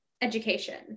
education